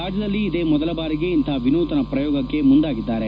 ರಾಜ್ಯದಲ್ಲಿ ಇದೇ ಮೊದಲ ಬಾರಿಗೆ ಇಂತಹ ವಿನೂತನ ಪ್ರಯೋಗಕ್ಕೆ ಮುಂದಾಗಿದ್ದಾರೆ